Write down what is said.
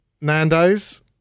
Nando's